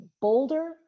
bolder